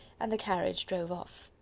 and the carriage drove off.